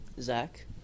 Zach